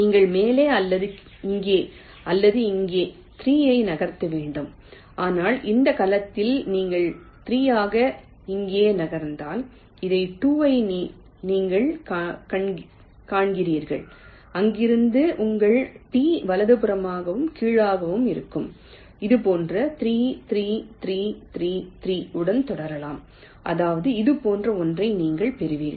நீங்கள் மேலே அல்லது இங்கே அல்லது இங்கே 3 ஐ நகர்த்த வேண்டும் ஆனால் இந்த கலத்தில் நீங்கள் 3 ஆக இங்கே நகர்ந்தால் இந்த 2 ஐ நீங்கள் காண்கிறீர்கள் அங்கிருந்து உங்கள் T வலதுபுறமாகவும் கீழாகவும் இருக்கும் இதுபோன்று 3 3 3 3 3 உடன் தொடரலாம் அதாவது இது போன்ற ஒன்றை நீங்கள் பெறுவீர்கள்